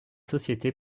sociétés